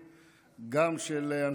גם של לוחמי חי"ר,